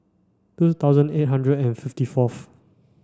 two thousand eight hundred and fifty fourth